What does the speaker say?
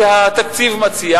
שהתקציב מציע,